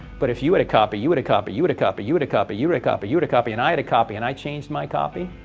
but if you had a copy, you had a copy, you had a copy, you had a copy, you had a copy, you had a copy, and i had a copy, and i changed my copy.